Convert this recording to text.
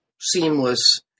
seamless